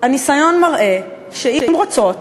הניסיון מראה שאם רוצות,